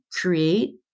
create